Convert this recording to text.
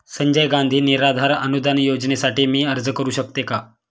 संजय गांधी निराधार अनुदान योजनेसाठी मी अर्ज करू शकते का?